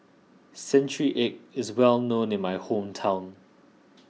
Century Egg is well known in my hometown